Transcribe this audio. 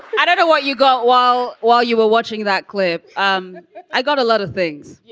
i don't know what you got while while you were watching that clip. um i got a lot of things. yeah